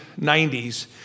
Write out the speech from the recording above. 90s